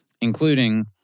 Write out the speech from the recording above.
including